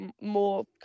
more